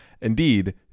Indeed